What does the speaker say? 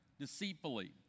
deceitfully